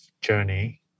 journey